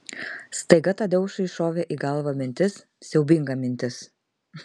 staiga tadeušui šovė į galvą mintis siaubinga mintis